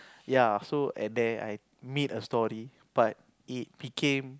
ya so and then I made a story and then it became